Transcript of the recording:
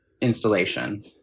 installation